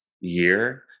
year